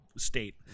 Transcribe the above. State